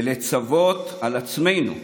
לצוות על עצמנו,